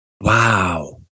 Wow